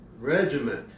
regiment